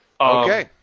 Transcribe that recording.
Okay